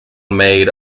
made